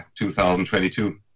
2022